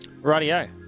radio